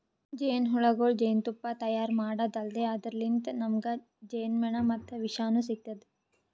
ಜೇನಹುಳಗೊಳ್ ಜೇನ್ತುಪ್ಪಾ ತೈಯಾರ್ ಮಾಡದ್ದ್ ಅಲ್ದೆ ಅದರ್ಲಿನ್ತ್ ನಮ್ಗ್ ಜೇನ್ಮೆಣ ಮತ್ತ್ ವಿಷನೂ ಸಿಗ್ತದ್